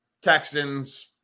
Texans